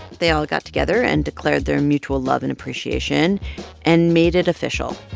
they all got together and declared their mutual love and appreciation and made it official.